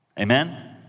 Amen